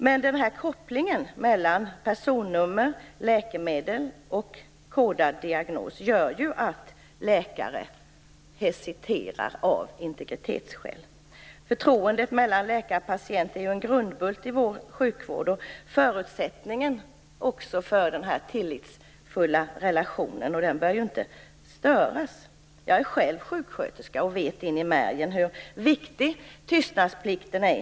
Men kopplingen mellan personnummer, läkemedel och kodad diagnos gör att läkare hesiterar av integritetsskäl. Förtroendet mellan läkare och patient är ju en grundbult i vår sjukvård, och det är också förutsättningen för en tillitsfull relation. Den bör inte störas. Jag är själv sjuksköterska och vet in i märgen hur viktig tystnadsplikten är.